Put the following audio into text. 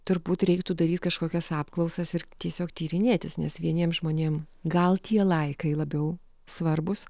turbūt reiktų daryt kažkokias apklausas ir tiesiog tyrinėtis nes vieniem žmonėm gal tie laikai labiau svarbūs